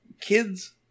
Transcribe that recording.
Kids